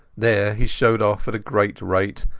there he showed off at a great rate,